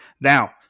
Now